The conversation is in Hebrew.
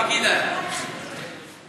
גירשת ניצולי שואה מכנסת ישראל.